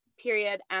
period